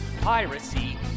piracy